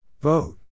Vote